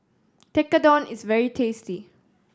tekkadon is very tasty